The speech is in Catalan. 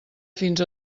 fins